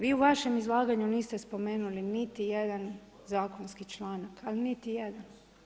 Vi u vašem izlaganju niste spomenuli niti jedan zakonski članak, ali niti jedan.